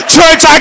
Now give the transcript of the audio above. Church